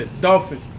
Dolphin